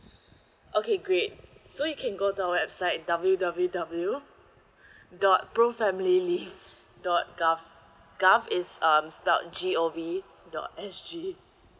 okay great so you can go to our website W W W dot pro family leave dot G O V G O V is um spelt G O V dot S G